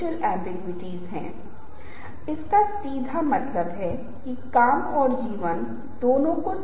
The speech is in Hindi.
इसलिए मैं यह निर्णय लेता हूं कि क्या मुझे एक स्थानीय आलू के चिप्स खरीदने चाहिए एक निश्चित ब्रांड के तहत चिन्हित और पैक किए गये आलू के चिप्स खरीदने चाहिए